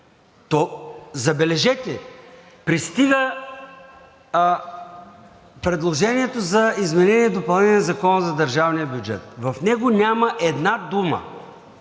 Забележете, пристига предложението за изменение и допълнение на Закона за държавния бюджет, в него няма една дума